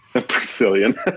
Brazilian